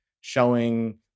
showing